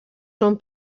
són